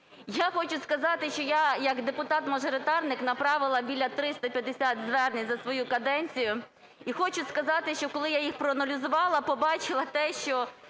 Я хочу сказати, що я як депутат-мажоритарник направила біля 350 звернень за свою каденцію, і хочу сказати, що, коли я їх проаналізувала, побачила те, що